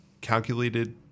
calculated